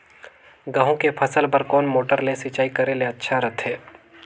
गहूं के फसल बार कोन मोटर ले सिंचाई करे ले अच्छा रथे?